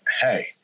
hey